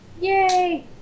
Yay